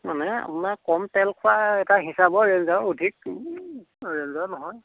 মানে আপোনাৰ কম তেল খোৱা এটা হিচাপৰ ৰেঞ্জৰ অধিক ৰেঞ্জৰ নহয়